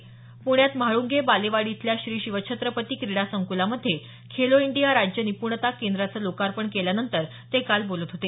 प्ण्यात म्हाळूंगे बालेवाडी इथल्या श्री शिवछत्रपती क्रीडा संक्लामध्ये खेलो इंडिया राज्य निप्णता केंद्राचं लोकार्पण केल्यानंतर ते बोलत होते